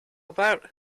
about